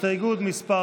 הסתייגות מס'